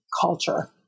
culture